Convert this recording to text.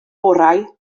orau